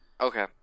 Okay